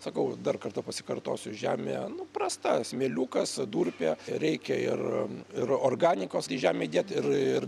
sakau dar kartą pasikartosiu žemė nu prasta smėliukas durpė reikia ir ir organikos į žemę įdėt ir ir